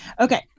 Okay